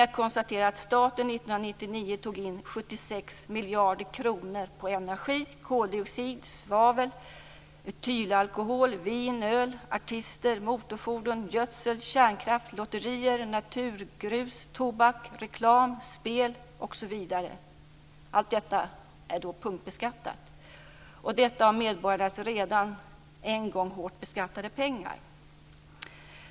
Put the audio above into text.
Jag konstaterar att staten 1999 tog in 76 miljarder kronor på energi, koldioxid, svavel, etylalkohol, vin, öl, artister, motorfordon, gödsel, kärnkraft, lotterier, naturgrus, tobak, reklam, spel osv. Allt detta är punktbeskattat, och det handlar om medborgarnas redan en gång hårt beskattade pengar.